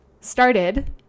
started